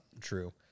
true